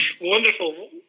Wonderful